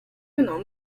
genau